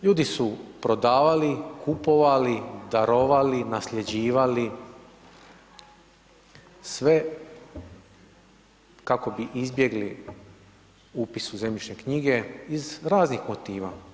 Ljudi su prodavali, kupovali, darovali, nasljeđivali, sve kako bi izbjegli upis u zemljišne knjige iz raznih motiva.